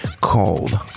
called